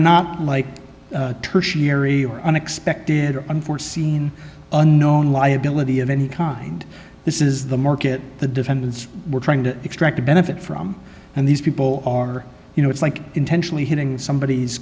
or unexpected or unforeseen unknown liability of any kind this is the market the defendants were trying to extract a benefit from and these people are you know it's like intentionally hitting somebody